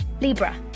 Libra